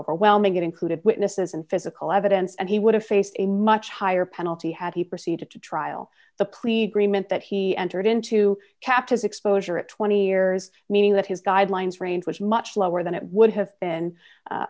overwhelming it included witnesses and physical evidence and he would have faced a much higher penalty had he proceeded to trial the plead green meant that he entered into kept his exposure at twenty years meaning that his guidelines range was much lower than it would have been